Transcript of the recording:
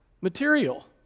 material